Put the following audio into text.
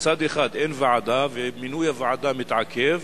מצד אחד אין ועדה ומינוי הוועדה מתעכב,